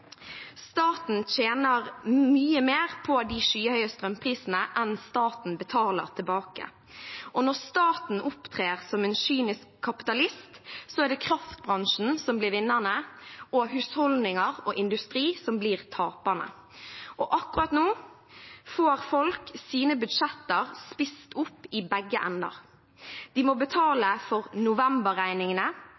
Staten tjener mye mer på de skyhøye strømprisene enn staten betaler tilbake. Når staten opptrer som en kynisk kapitalist, er det kraftbransjen som blir vinnerne, og husholdninger og industri som blir taperne. Akkurat nå får folk sine budsjetter spist opp i begge ender. De må betale